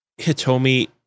Hitomi